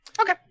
Okay